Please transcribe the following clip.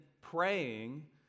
praying